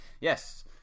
Yes